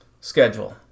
schedule